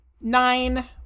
Nine